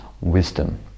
wisdom